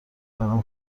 برام